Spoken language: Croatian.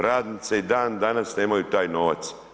Radnice i dan danas nemaju taj novac.